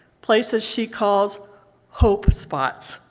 places she called hope spots.